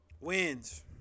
Wins